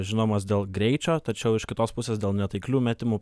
žinomas dėl greičio tačiau iš kitos pusės dėl netaiklių metimų